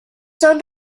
son